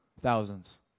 Thousands